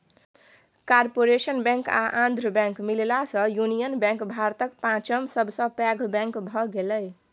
corporation bank आ Andhra bank मिललासँ union bank भारतक पाँचम सबसँ पैघ बैंक भए गेलै